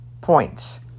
points